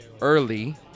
early